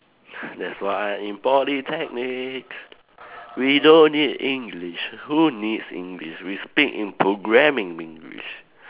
that's why in Polytechnic we don't need English who needs English we speak in programming English